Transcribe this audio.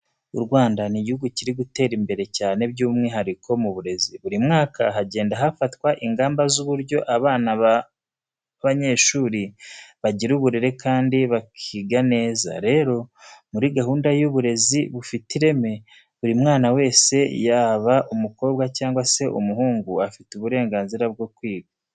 U Rwanda ni igihugu kiri gutera imbere cyane by'umwihariko mu burezi. Buri mwaka hagenda hafatwa ingamba z'uburyo abana b'abanyeshuri bagira uburere kandi bakiga neza. Rero muri gahunda y'uburezi bufite ireme, buri mwana wese yaba umukobwa cyangwa se umuhungu afite uburenganzira bwo kwiga.